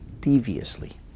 deviously